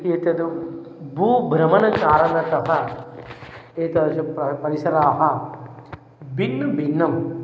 एतद् भूभ्रमणकारणतः एतादृश परिसराः भिन्न भिन्नम्